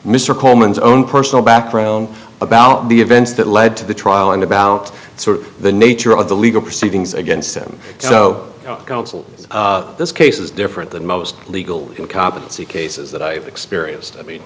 mr coleman's own personal background about the events that led to the trial and about sort of the nature of the legal proceedings against him so counsel this case is different than most legal incompetency cases that i've experienced i mean